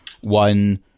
one